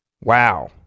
Wow